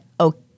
okay